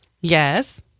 Yes